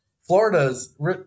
Florida's